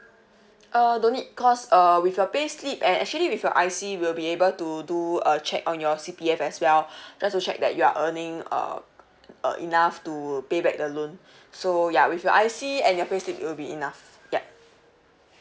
uh don't need cause uh with your pay slip and actually with your I_C we'll be able to do a check on your C_P_F as well just to check that you're earning uh uh enough to pay back the loan so ya with your I_C and your payslip it will be enough ya